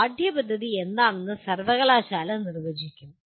പാഠ്യപദ്ധതി എന്താണെന്ന് സർവകലാശാല നിർവചിക്കും